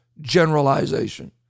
generalization